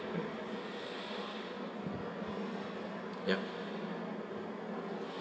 mm yup